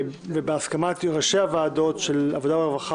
ובהסכמה עם ראשי הוועדות של ועדת העבודה והרווחה